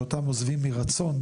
של אותם עוזבים מרצון,